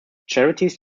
charities